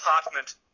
apartment